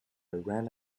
ran